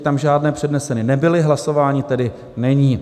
Tam žádné předneseny nebyly, hlasování tedy není.